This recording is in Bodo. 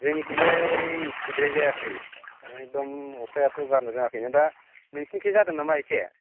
जोंनिथिंजाय इसिद्राय जायाखै एकदम अखायाथ' गारनो रोङाखै दा नोंसिनिथिं जादों नामा इसे